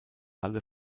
alle